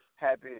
Happy